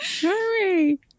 Hurry